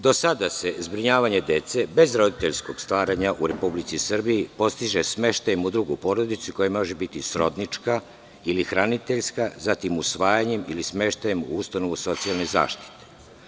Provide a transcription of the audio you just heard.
Do sada se zbrinjavanje dece bez roditeljskog staranja u Republici Srbiji postiže smeštajem u drugu porodicu koja može biti srodnička ili hraniteljska, zatim usvajanjem ili smeštajem u ustanovu socijalne zaštite.